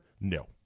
no